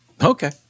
Okay